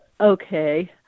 Okay